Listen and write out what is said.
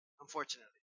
unfortunately